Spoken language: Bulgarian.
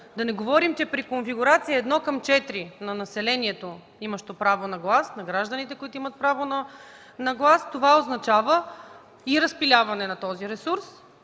Да не говорим, че при конфигурация 1 към 4 на населението, на гражданите, които имат право на глас, това означава и разпиляване на този ресурс;